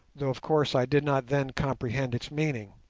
though, of course, i did not then comprehend its meaning.